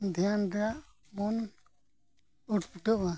ᱫᱷᱮᱭᱟᱱ ᱨᱮᱱᱟᱜ ᱢᱚᱱ ᱩᱴᱯᱩᱴᱟᱹᱜᱼᱟ